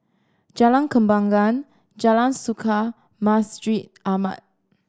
Jalan Kembangan Jalan Suka Masjid Ahmad